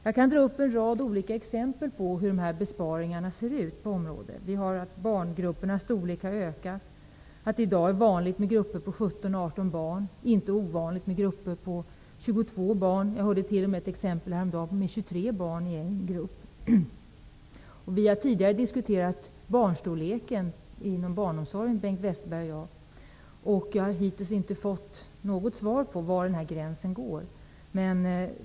Jag kan dra fram en rad olika exempel på hur dessa besparingar ser ut. Barngruppernas storlek har ökat. I dag är det vanligt med grupper på 17--18 barn och inte ovanligt med grupper på 22 barn. Jag hörde t.o.m. ett exempel häromdagen på 23 barn i en grupp. Bengt Westerberg och jag har tidigare diskuterat gruppernas storlek inom barnomsorgen, men jag har hittills inte fått något besked om var gränsen går.